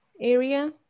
area